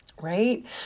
right